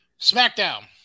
SmackDown